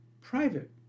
private